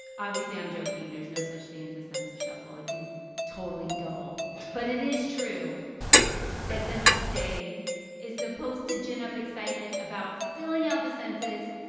obviously, i'm joking. there's no such thing as a census shuffle. it'd and be totally dull but it is true that census day is supposed to gin up excitement about filling out the census.